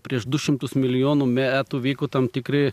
prieš du šimtus milijonų metų vyko tam tikri